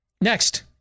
Next